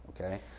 okay